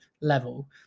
level